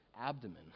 abdomen